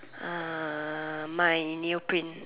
uh my neoprint